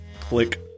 click